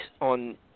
on